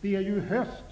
Det är just höst.